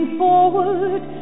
forward